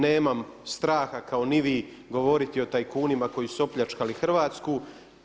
Nemam straha kao ni vi govoriti o tajkunima koji su opljačkali Hrvatsku.